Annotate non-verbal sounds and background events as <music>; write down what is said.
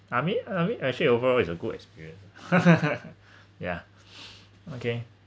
I mean I mean I actually overall it's a good experience <laughs> ya okay